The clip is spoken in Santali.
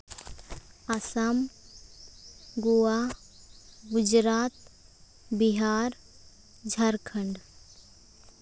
ᱟᱥᱟᱢ ᱜᱳᱣᱟ ᱜᱩᱡᱽᱨᱟᱴ ᱵᱤᱦᱟᱨ ᱡᱷᱟᱲᱠᱷᱚᱸᱰ